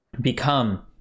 become